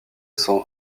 sont